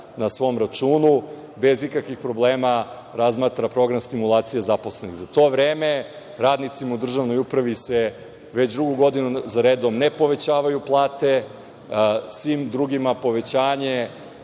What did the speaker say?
na svom računu, bez ikakvih problema razmatra program stimulacija zaposlenih.Za to vreme, radnicima u državnoj upravi se već drugu godinu za redom ne povećavaju plate. Svim drugima je povećanje